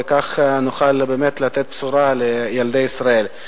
וכך נוכל באמת לתת בשורה לילדי ישראל.